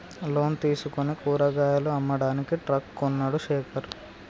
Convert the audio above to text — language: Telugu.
లోన్ తీసుకుని కూరగాయలు అమ్మడానికి ట్రక్ కొన్నడు శేఖర్